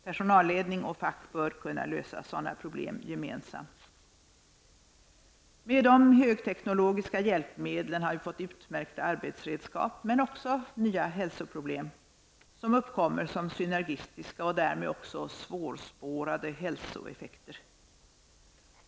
Personalledning och fack bör kunna lösa sådana problem gemensamt Med de högteknologiska hjälpmedlen har vi fått utmärkta arbetsredskap, men också nya hälsoproblem, som uppkommer som synergistiska, och därmed också svårspårade, hälsoeffekter.